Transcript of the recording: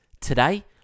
Today